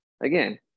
Again